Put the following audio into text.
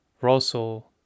Russell